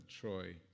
Troy